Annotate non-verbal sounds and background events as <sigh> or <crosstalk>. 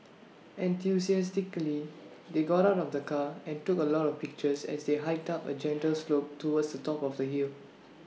<noise> enthusiastically they got out of the car and took A lot of pictures as they hiked up A gentle slope towards the top of the hill <noise>